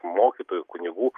mokytojų kunigų